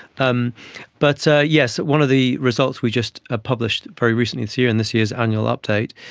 um but yes, one of the results we just ah published very recently this year, in this year's annual update,